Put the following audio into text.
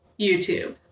youtube